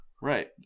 Right